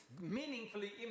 meaningfully